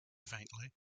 faintly